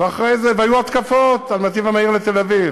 והיו התקפות על הנתיב המהיר לתל-אביב,